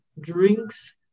drinks